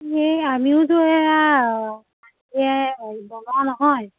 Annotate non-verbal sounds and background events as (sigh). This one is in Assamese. ইয়ে আমিও যে (unintelligible) নহয়